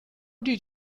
did